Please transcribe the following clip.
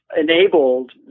enabled